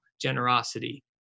generosity